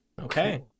Okay